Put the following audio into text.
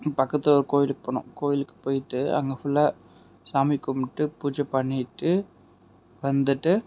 பக்கத்தில் ஒரு கோயிலுக்கு போனோம் கோயிலுக்கு போயிட்டு அங்க ஃபுல்லா சாமி கும்பிட்டு பூஜை பண்ணிட்டு வந்துட்டு